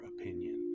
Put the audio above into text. opinion